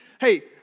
hey